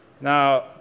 Now